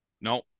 No